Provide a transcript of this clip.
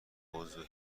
عضو